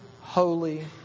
holy